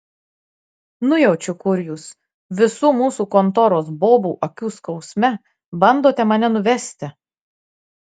nujaučiu kur jūs visų mūsų kontoros bobų akių skausme bandote mane nuvesti